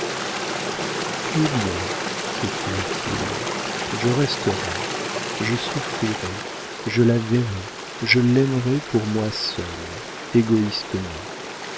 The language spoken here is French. eh bien s'écria-t-il je resterai je souffrirai je la verrai je l'aimerai pour moi seul égoïstement